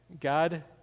God